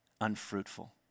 unfruitful